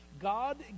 God